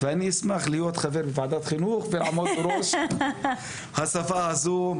ואני אשמח להיות חבר בוועדת החינוך ולעמוד בראש הוועדה הזו.